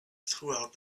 throughout